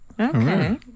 Okay